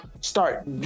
start